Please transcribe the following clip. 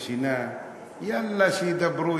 יאללה שידברו,